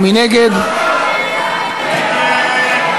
לנו מאבות-אבותינו,